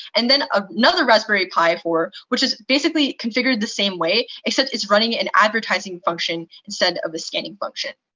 and then ah another raspberry pi four, which is basically configured the same way except it's running an advertising function instead of a scanning function.